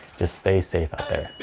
just stay safe out there.